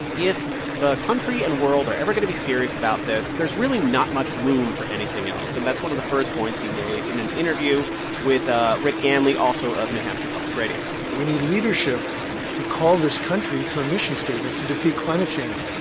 if the country and world are ever going to be serious about this, there's really not much room for anything else. and that's one of the first points he made in an interview with ah rick ganley, also of new hampshire public radio we need leadership to call this country to a mission statement to defeat climate change.